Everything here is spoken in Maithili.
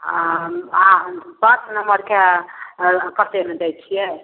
आम आम पाँच नम्मरके एँ कतेकमे दै छिए